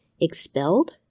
Expelled